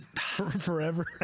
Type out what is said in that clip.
Forever